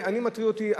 מטריד אותי,